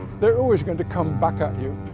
they're always going to come back at you.